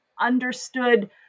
understood